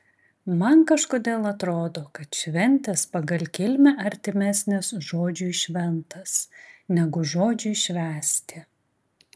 man kažkodėl atrodo kad šventės pagal kilmę artimesnės žodžiui šventas negu žodžiui švęsti